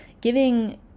giving